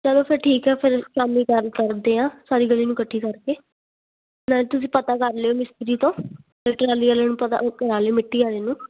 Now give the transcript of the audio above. ਚਲੋ ਫਿਰ ਠੀਕ ਆ ਫਿਰ ਸ਼ਾਮੀ ਗੱਲ ਕਰਦੇ ਹਾਂ ਸਾਰੀ ਗਲੀ ਨੂੰ ਇਕੱਠੀ ਕਰਕੇ ਨਾਲੇ ਤੁਸੀਂ ਪਤਾ ਕਰ ਲਿਓ ਮਿਸਤਰੀ ਤੋਂ ਫਿਰ ਟਰਾਲੀ ਵਾਲਿਆਂ ਨੂੰ ਪਤਾ ਕਰਵਾ ਲਿਓ ਮਿੱਟੀ ਵਾਲੇ ਨੂੰ